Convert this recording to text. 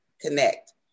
connect